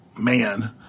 man